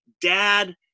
Dad